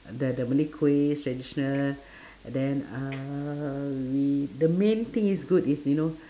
the the Malay kuihs traditional then uhh we the main thing is good is you know